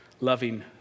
loving